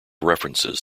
references